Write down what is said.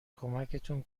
کمکتون